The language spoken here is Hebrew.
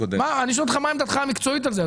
אני שואל אותך מה עמדתך המקצועית על זה.